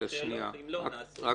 שניה.